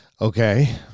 Okay